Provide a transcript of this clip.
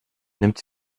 nimmt